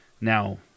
Now